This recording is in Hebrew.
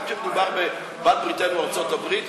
גם כשמדובר בבת בריתנו ארצות הברית,